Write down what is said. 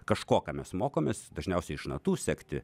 kažko ką mes mokomės dažniausiai iš natų sekti